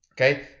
Okay